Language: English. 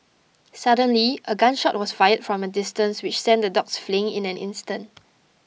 suddenly a gun shot was fired from a distance which sent the dogs fleeing in an instant